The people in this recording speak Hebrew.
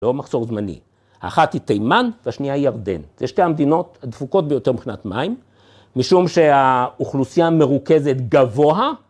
‫לא מחסור זמני. ‫האחת היא תימן והשנייה היא ירדן. ‫זה שתי המדינות הדפוקות ‫ביותר מבחינת מים, ‫משום שהאוכלוסייה המרוכזת גבוהה.